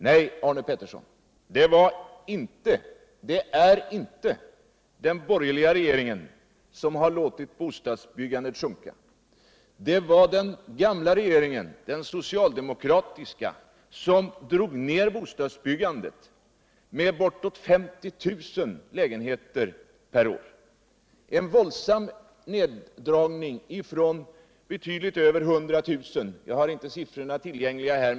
Nej, Arne Pettersson, det är inte den borgerliga regeringen som har låtit bostadsbyggandet sjunka! Det var den gamla regeringen. den socialdemokratiska regeringen, som drog ner bostadsbyggandet med bortåt 350 000 lägenheter per år. vilket var en våldsam neddragning från betydligt över 100 000 lägenheter — jag har inte siffrorna tillgängliga här.